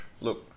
Look